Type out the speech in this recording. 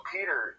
Peter